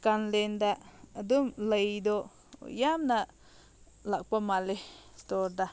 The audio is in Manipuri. ꯀꯥꯂꯦꯟꯗ ꯑꯗꯨꯝ ꯂꯩꯗꯣ ꯌꯥꯝꯅ ꯂꯥꯛꯄ ꯃꯥꯜꯂꯦ ꯏꯁꯇꯣꯔꯗ